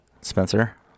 spencer